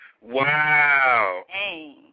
Wow